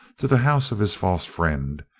to the house of his false friend,